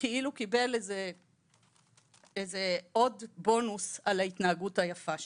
כאילו קיבל איזה עוד בונוס על ההתנהגות היפה שלו.